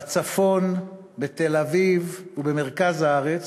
בצפון, בתל-אביב ובמרכז הארץ,